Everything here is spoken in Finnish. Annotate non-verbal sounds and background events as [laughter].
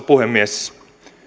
[unintelligible] puhemies